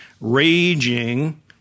raging